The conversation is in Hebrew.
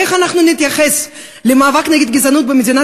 איך נתייחס למאבק נגד גזענות במדינת